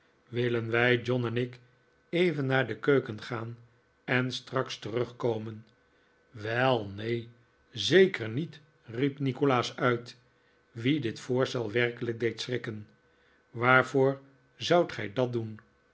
willen wij john en ik even naar de keuken gaan en straks terugkomen wel neen zeker niet riep nikolaas uit wien dit voorstel werkelijk deed schrikken waarvoor zoudt gij dat doen